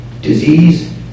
disease